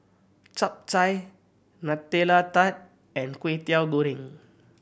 Chap Chai Nutella Tart and Kway Teow Goreng